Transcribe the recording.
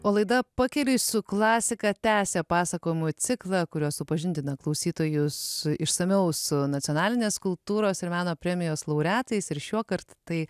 o laida pakeliui su klasika tęsia pasakojimų ciklą kuriuo supažindina klausytojus išsamiau su nacionalinės kultūros ir meno premijos laureatais ir šiuokart tai